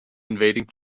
invading